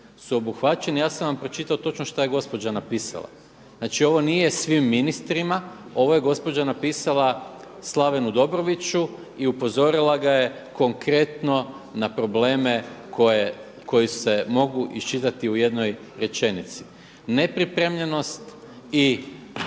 su obuhvaćeni, ja sam vam pročitao šta je gospođa napisala. Znači ovo nije svim ministrima, ovo je gospođa napisala Slavenu Dobroviću i upozorila ga je konkretno na probleme koji se mogu iščitati u jednoj rečenici. Nepripremljenost i